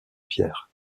pierre